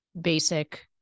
basic